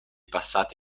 passati